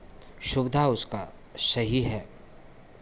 सुविधा उसका सही है